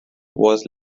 was